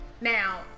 Now